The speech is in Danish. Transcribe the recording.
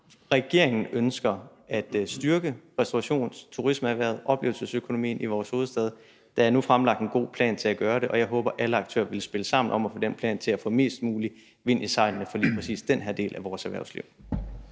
Regeringen ønsker at styrke restaurations- og turismeerhvervet og oplevelsesøkonomien i vores hovedstad. Der er nu fremlagt en god plan for at gøre det, og jeg håber, at alle aktører vil spille sammen om at få den plan til at få mest mulig vind i sejlene for lige præcis den her del af vores erhvervsliv.